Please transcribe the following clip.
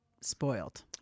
spoiled